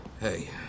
Hey